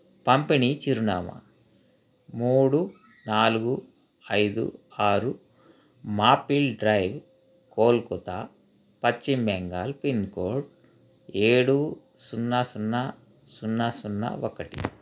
పంపిణీ చిరునామా మూడు నాలుగు ఐదు ఆరు Maple Drive Kolkata Paschim Bengal pincode ఏడు సున్నా సున్నా సున్నా సున్నా ఒకటి